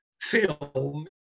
film